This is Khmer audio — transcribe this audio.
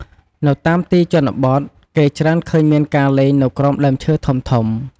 នៅតាមទីជនបទ គេច្រើនឃើញមានការលេងនៅក្រោមដើមឈើធំៗ។